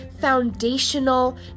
foundational